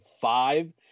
five